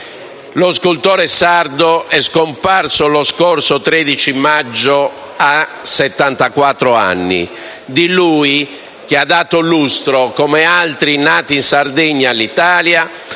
Lo scultore sardo è scomparso lo scorso 13 maggio a settantaquattro anni. Di lui, che ha dato lustro, come altri nati in Sardegna, all'Italia,